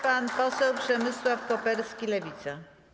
Pan poseł Przemysław Koperski, Lewica.